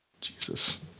Jesus